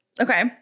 Okay